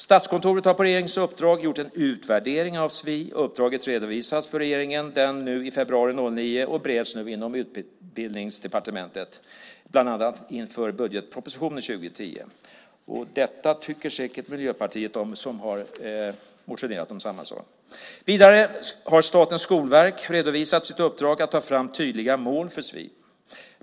Statskontoret har på regeringens uppdrag gjort en utvärdering av sfi. Uppdraget redovisades för regeringen i februari i år, och detta bereds nu inom Utbildningsdepartementet - bland annat inför budgetpropositionen 2010. Detta tycker säkert Miljöpartiet om eftersom de har motionerat om samma sak. Vidare har Statens skolverk redovisat sitt uppdrag: att ta fram tydliga mål för sfi.